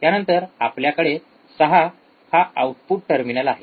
त्यानंतर आपल्याकडे ६ हा आऊटपुट टर्मिनल आहे